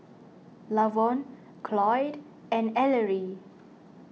Lavon Cloyd and Ellery